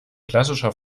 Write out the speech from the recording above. klassischer